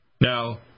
Now